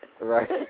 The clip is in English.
Right